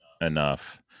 enough